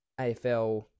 AFL